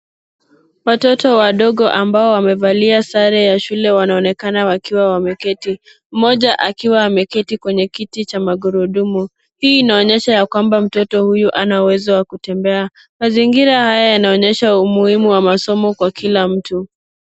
Watoto wadogo ambao wamevalia sare ya shule wanaonekana wakiwa wameketi, mmoja akiwa ameketi kwenye kiti cha magurudumu, hii inaonyesha yakwamba mtoto huyu hana uwezo wa kutembea, mazingira haya inaonyesha umuhimu wa masomo kwa kila mtu.